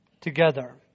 together